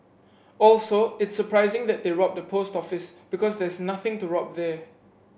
also it's surprising that they robbed a post office because there's nothing to rob there